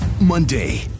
Monday